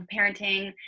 parenting